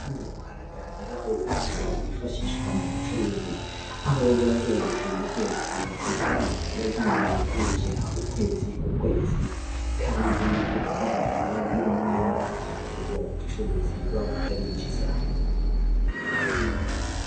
Hano haragaragaraho urupapuro rwifashishwa mu bucuruzi, aho ruba rugenda rwerekana amafaranga yagiye yinjira ukwezi ku kwezi, kandi bikaba bigaragara n'umwenda ubwo bucuruzi buba butarinjiza.